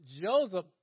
Joseph